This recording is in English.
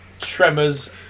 Tremors